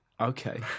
Okay